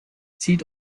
zieht